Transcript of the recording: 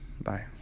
Bye